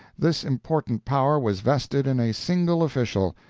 this important power was vested in a single official,